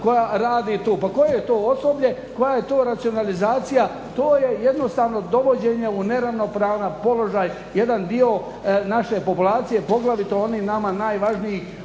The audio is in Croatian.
koja radi tu. Pa koje je to osoblje, koja je to racionalizacija? To je jednostavno dovođenje u neravnopravna položaj, jedan dio naše populacije, poglavito onih nama najvažnijih,